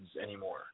anymore